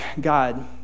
God